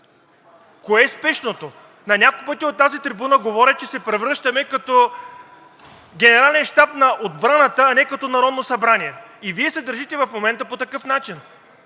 Кое е спешното? На няколко пъти от тази трибуна говоря, че се превръщаме като Генерален щаб на отбраната, а не като Народно събрание и Вие се държите в момента по такъв начин.